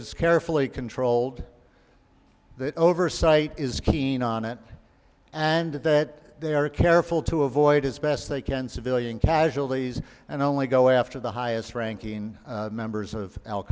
is carefully controlled that oversight is keen on it and that they are careful to avoid as best they can civilian casualties and only go after the highest ranking members of